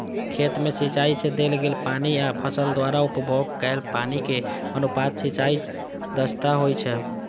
खेत मे सिंचाइ सं देल गेल पानि आ फसल द्वारा उपभोग कैल पानिक अनुपात सिंचाइ दक्षता होइ छै